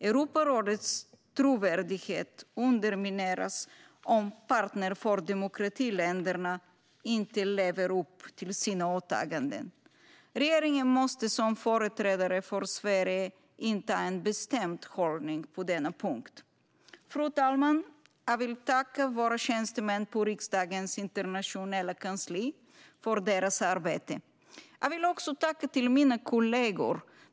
Europarådets trovärdighet undermineras om partner-för-demokrati-länderna inte lever upp till sina åtaganden. Regeringen måste som företrädare för Sverige inta en bestämd hållning på denna punkt. Fru talman! Jag vill tacka våra tjänstemän på riksdagens internationella kansli för deras arbete. Jag vill också tacka mina kollegor.